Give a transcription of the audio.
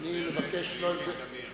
ועמיר פרץ ויולי תמיר.